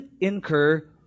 incur